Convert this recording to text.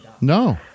No